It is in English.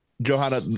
Johanna